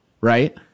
Right